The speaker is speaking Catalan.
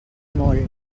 molt